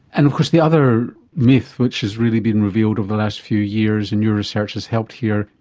and of course the other myth which has really been revealed over the last few years, and your research has helped here,